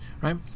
right